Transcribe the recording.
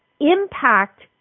impact